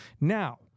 Now